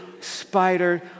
spider